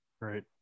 Right